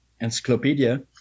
encyclopedia